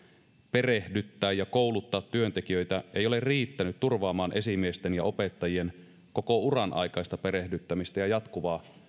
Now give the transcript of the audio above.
perehdyttää ja kouluttaa työntekijöitä ei ole riittänyt turvaamaan esimiesten ja opettajien koko uran aikaista perehdyttämistä ja jatkuvaa